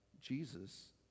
Jesus